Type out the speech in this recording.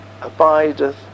abideth